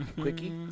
Quickie